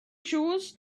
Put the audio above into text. chores